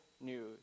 news